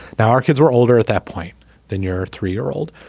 now our kids were older at that point than your three year old.